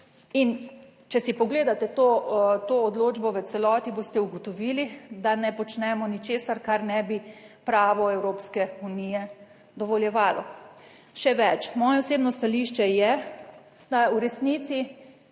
in, če si pogledate to odločbo v celoti, boste ugotovili, da ne počnemo ničesar, kar ne bi pravo Evropske unije dovoljevalo. Še več, moje osebno stališče je, da v resnici,